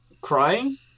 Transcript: crying